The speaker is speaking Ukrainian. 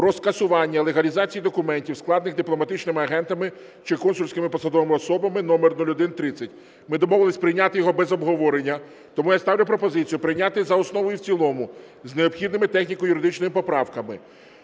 про скасування легалізації документів, складених дипломатичними агентами чи консульськими посадовими особами (номер 0130). Ми домовились прийняти його без обговорення. Тому я ставлю пропозицію прийняти за основу і в цілому з необхідними техніко-юридичними поправками